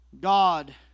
God